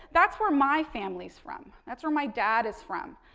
that's where my family's from. that's where my dad is from.